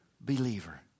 believer